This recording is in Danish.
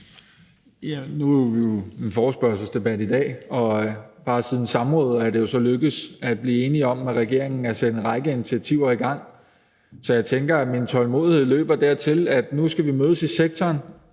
Nu har vi en forespørgselsdebat i dag, og bare siden samrådet er det jo så lykkedes at blive enige med regeringen om at sætte en række initiativer i gang, så jeg tænker, at min tålmodighed rækker dertil, at vi nu skal mødes i sektoren